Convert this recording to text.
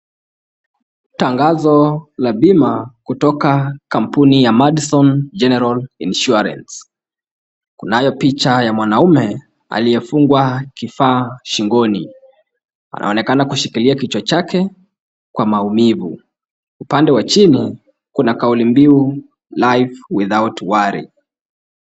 Tangazo la bima kutoka kampuni ya Madison general insurance . Kunayo picha ya mwanaume aliyefungwa kifaa shingoni. Anaonekana kushikilia kichwa chake kwa maumivu. Upande wa chini kuna kauli binu life without worry .